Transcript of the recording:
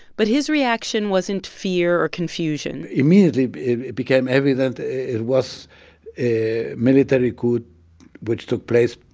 but his reaction wasn't fear or confusion immediately, it became evident it was a military coup which took place,